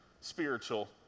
spiritual